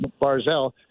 Barzell